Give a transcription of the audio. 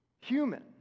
human